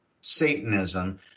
Satanism